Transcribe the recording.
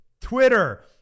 Twitter